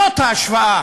זאת ההשוואה